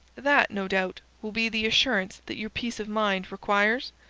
that, no doubt, will be the assurance that your peace of mind requires?